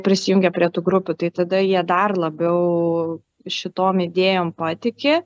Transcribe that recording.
prisijungę prie tų grupių tai tada jie dar labiau šitom idėjom patiki